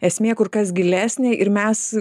esmė kur kas gilesnė ir mes